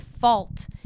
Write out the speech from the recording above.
fault